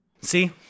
See